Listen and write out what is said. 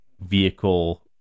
vehicle